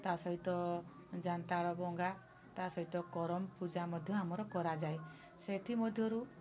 ତା' ସହିତ ଯାନ୍ତାଳବଙ୍ଗା ତା' ସହିତ କରମ୍ ପୂଜା ମଧ୍ୟ ଆମର କରାଯାଏ ସେଥିମଧ୍ୟରୁ